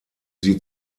sie